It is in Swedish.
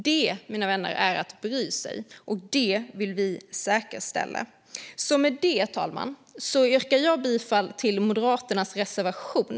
Detta, mina vänner, är att bry sig, och det vill vi säkerställa. Med detta yrkar jag bifall till Moderaternas reservation.